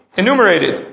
enumerated